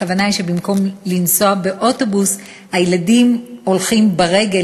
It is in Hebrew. הכוונה היא שבמקום לנסוע באוטובוס הילדים הולכים ברגל,